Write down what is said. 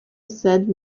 said